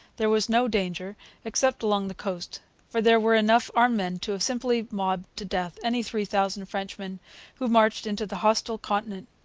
there was no danger except along the coast for there were enough armed men to have simply mobbed to death any three thousand frenchmen who marched into the hostile continent,